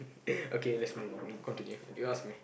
okay let's move on continue you ask me